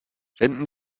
wenden